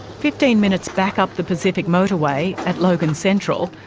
fifteen minutes back up the pacific motorway, at logan central,